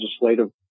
legislative